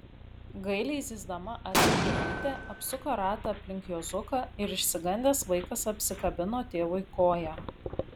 gailiai zyzdama atlėkė bitė apsuko ratą aplink juozuką ir išsigandęs vaikas apsikabino tėvui koją